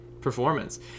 Performance